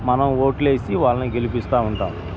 మనం ఓట్లేసి వాళ్ళని గెలిపిస్తూ ఉంటాం